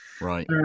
Right